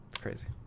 crazy